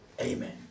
Amen